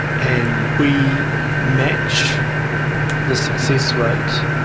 and we match the success rate